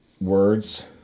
words